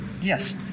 Yes